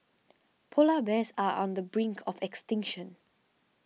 Polar Bears are on the brink of extinction